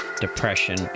depression